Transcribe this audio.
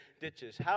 ditches